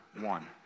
one